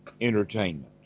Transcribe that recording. entertainment